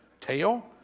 tail